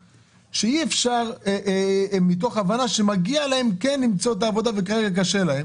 מתוך הבנה שמגיע להם כן למצוא עבודה וכרגע קשה להם